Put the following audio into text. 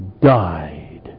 died